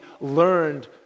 learned